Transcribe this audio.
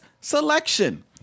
selection